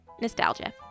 nostalgia